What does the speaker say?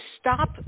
stop